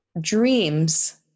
dreams